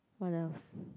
what else